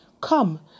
Come